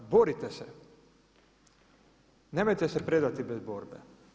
Borite se, nemojte se predati bez borbe.